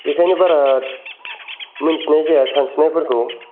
बेखायनो बारा मोनथिनाय जाया सानस्रिनायफोरखौ